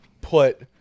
put